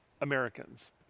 Americans